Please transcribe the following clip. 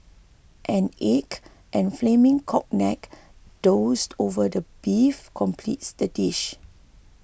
an egg and flaming cognac doused over the beef completes the dish